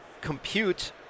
compute